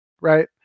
right